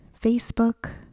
Facebook